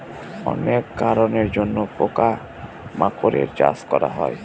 অনেক কারনের জন্য পোকা মাকড়ের চাষ করা হয়